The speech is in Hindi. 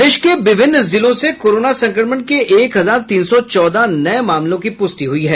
प्रदेश के विभिन्न जिलों से कोरोना संक्रमण के एक हजार तीन सौ चौदह नये मामलों की पूष्टि हई है